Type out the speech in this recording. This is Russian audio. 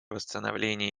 восстановления